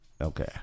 okay